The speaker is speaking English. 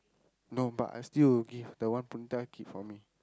no but I still will give the one Punitha keep for me